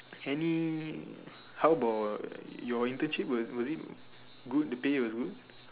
any how about your internship was it was it good the pay was good